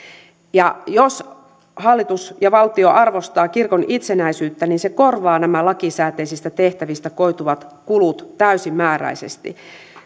jos hallitus ja valtio arvostaa kirkon itsenäisyyttä niin se korvaa nämä lakisääteisistä tehtävistä koituvat kulut täysimääräisesti